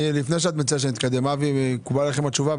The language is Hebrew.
לפני שאת מציעה שנתקדם, אבי, מקובלת עליכם התשובה?